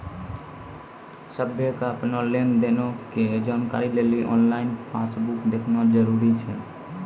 सभ्भे के अपनो लेन देनो के जानकारी लेली आनलाइन पासबुक देखना जरुरी छै